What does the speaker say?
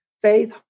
Faith